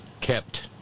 kept